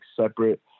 separate